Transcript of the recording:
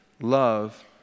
love